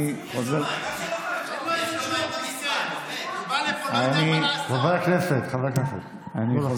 הוא בא לפה, לא יודע